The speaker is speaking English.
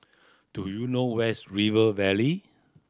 do you know where is River Valley